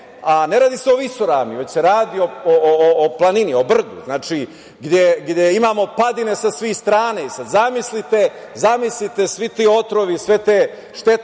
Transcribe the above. a ne radi se o visoravni, već se radi o planini, o brdu, znači, gde imamo padine sa svih strana. Sada, zamislite svi ti otrovi i sve te štetne